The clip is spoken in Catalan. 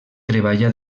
treballà